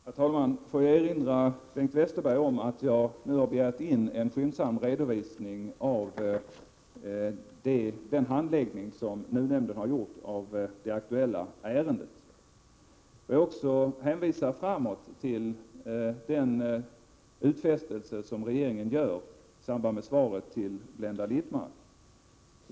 Herr talman! Låt mig erinra Bengt Westerberg om att jag nu har begärt in en skyndsam redovisning av NUU-nämndens handläggning av det aktuella ärendet. Jag vill också hänvisa framåt till den utfästelse som regeringen gör i samband med svaret på Blenda Littmarcks fråga.